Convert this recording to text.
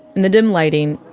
in the dim lighting,